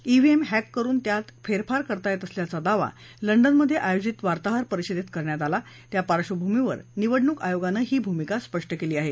डेहीएम hack करुन त्यात फेरफार करता येत असल्याचा दावा लंडनमध्ये आयोजित वार्ताहर परिषदेत करण्यात आला त्या पार्डभूमीवर निवडणूक आयोगानं ही भूमिका स्पष्ट केली आहे